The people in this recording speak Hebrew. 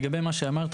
לגבי מה שאמרת,